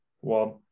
one